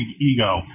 Ego